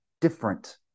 different